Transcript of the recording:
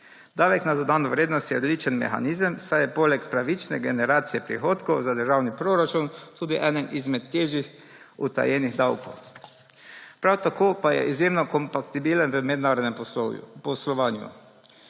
Davek na dodano vrednost je odličen mehanizem, saj je poleg pravične generacije prihodkov za državni proračun tudi eden izmed težje utajenih davkov. Prav tako pa je izjemno kompatibilen v mednarodnem poslovanju.